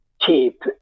cheap